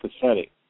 pathetic